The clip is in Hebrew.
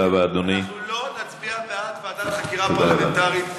לא נצביע בעד ועדת חקירה פרלמנטרית אצלך.